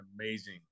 amazing